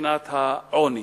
מבחינת העוני,